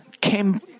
came